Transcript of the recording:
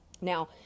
now